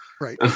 Right